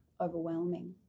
overwhelming